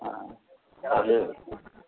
হ্যাঁ তাহলে